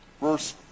verse